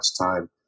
time